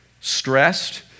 stressed